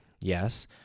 Yes